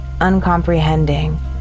uncomprehending